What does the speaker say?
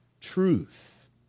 truth